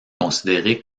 considérée